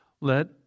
Let